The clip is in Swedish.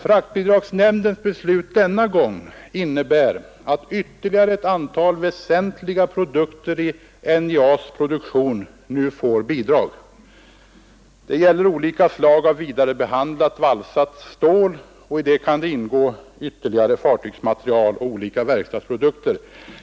Fraktbidragsnämndens beslut denna gång innebär att ytterligare ett antal väsentliga produkter i NJA:s produktion nu får bidrag. Det gäller olika slag av vidarebehandlat valsat stål. Häri kan ingå ytterligare fartygsmaterial och olika verkstadsprodukter.